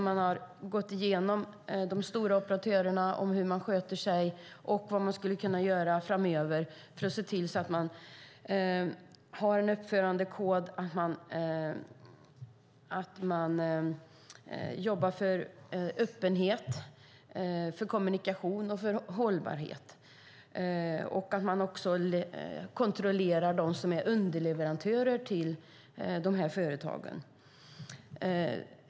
Man har gått igenom hur de stora operatörerna sköter sig och vad man skulle kunna göra framöver för att se till att de har en uppförandekod så att de jobbar för öppenhet, kommunikation och hållbarhet samt även kontrollerar dem som är underleverantörer till företagen.